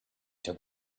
took